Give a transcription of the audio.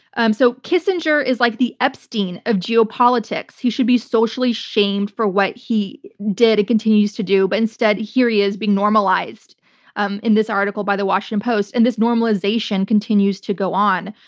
um so kissinger is like the epstein of geopolitics. he should be socially shamed for what he did and continues to do, but instead, here he is being normalized um in this article by the washington post, and this normalization continues to go on.